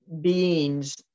beings